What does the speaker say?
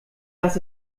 das